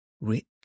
rich